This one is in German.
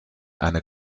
eine